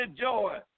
joy